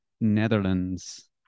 Netherlands